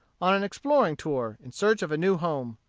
on an exploring tour, in search of a new home.